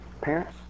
Parents